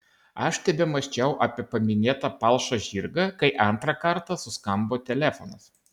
aš tebemąsčiau apie paminėtą palšą žirgą kai antrą kartą suskambo telefonas